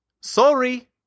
Sorry